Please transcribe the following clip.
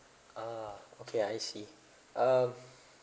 ah okay I see uh